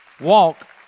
Walk